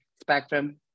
spectrum